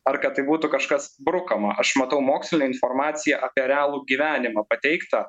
ar kad tai būtų kažkas brukama aš matau mokslinę informaciją apie realų gyvenimą pateiktą